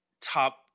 top